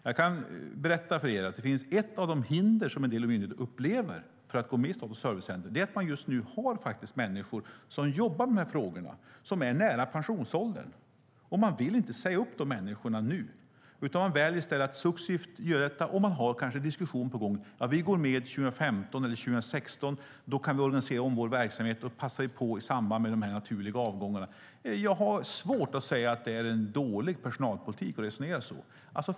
Jag kan berätta för er att ett av de hinder som en del myndigheter upplever för att gå med i Statens servicecenter är att de just nu har människor som jobbar med de frågorna som är nära pensionsåldern. De vill inte säga upp de människorna nu utan väljer i stället att successivt göra detta. De har diskussioner på gång och säger: Vi går med 2015 eller 2016. Då kan vi organisera om vår verksamhet och passar på i samband med de naturliga avgångarna. Jag ha svårt att säga att det är en dålig personalpolitik att resonera så.